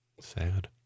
Sad